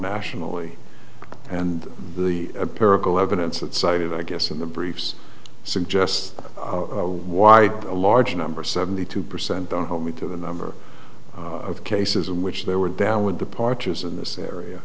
nationally and the purple evidence that cited i guess in the briefs suggests why a large number seventy two percent don't hold me to the number of cases in which they were down with departures in this area